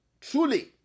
Truly